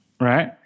right